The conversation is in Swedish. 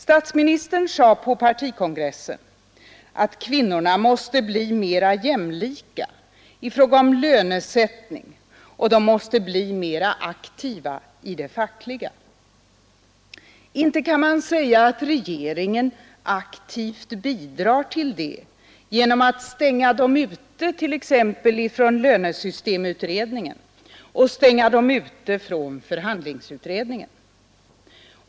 Statsministern sade på partikongressen att kvinnorna måste bli mera jämlika i fråga om lönesättning, och de måste bli mera aktiva i det fackliga arbetet. Inte kan man väl säga att regeringen aktivt bidrar till det genom att stänga dem ute t.ex. från lönesystemutredningen och förhandlingsutredningen?